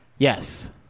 Yes